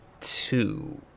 two